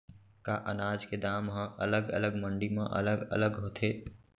का अनाज के दाम हा अलग अलग मंडी म अलग अलग होथे?